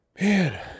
man